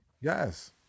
Yes